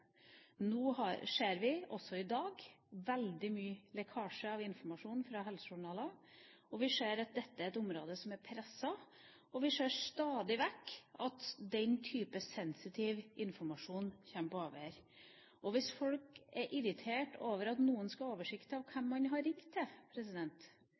Nå ser vi også i dag veldig mye lekkasje av informasjon fra helsejournaler. Vi ser at dette er et område som er presset, og vi ser stadig vekk at den type sensitiv informasjon kommer på avveier. Hvis folk er irritert over at noen skal ha oversikt over hvem